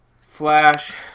Flash